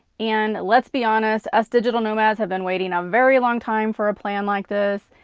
and let's be honest, us digital nomads have been waiting a very long time for a plan like this.